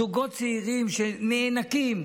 זוגות צעירים שנאנקים.